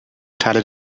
teile